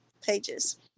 pages